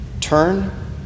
turn